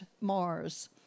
Mars